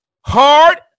hard